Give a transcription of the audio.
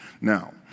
Now